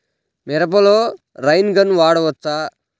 మిరపలో rain gun వాడవచ్చా?